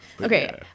okay